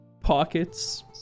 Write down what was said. pockets